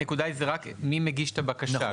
הנקודה היא זה רק מי מגיש את הבקשה.